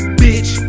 bitch